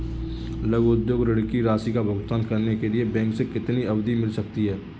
लघु उद्योग ऋण की राशि का भुगतान करने के लिए बैंक से कितनी अवधि मिल सकती है?